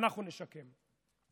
ואנחנו נשקם.